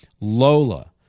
Lola